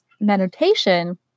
meditation